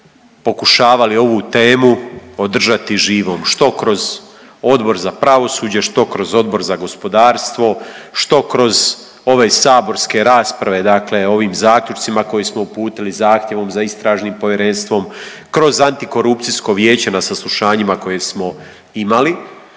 pokušavali ovu temu održati živom, što kroz Odbor za pravosuđe, što kroz Odbor za gospodarstvo, što kroz ove saborske rasprave, dakle ovim zaključcima koje smo uputili, zahtjevom za istražnim povjerenstvom, kroz Antikorupcijsko vijeće na saslušanjima koje smo imali